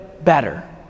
better